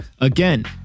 again